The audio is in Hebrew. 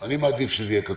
אני מעדיף שיהיה כתוב.